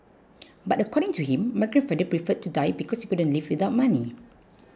but according to him my grandfather preferred to die because he couldn't live without money